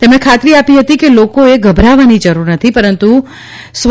તેમણે ખાતરી આપી હતી કે લોકોએ ગભરાવાની જરૂર નથી પરંતુ સ્વ